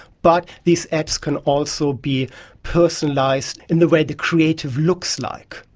but these ads can also be personalised in the way the creative looks like.